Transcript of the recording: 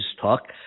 talk